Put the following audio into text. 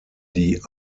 die